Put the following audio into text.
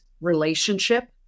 relationship